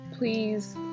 Please